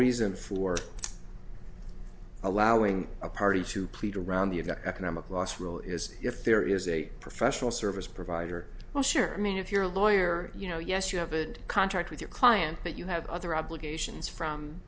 reason for allowing a party to plead around the economic loss rule is if there is a professional service provider well sure i mean if you're a lawyer you know yes you have a contract with your client but you have other obligations from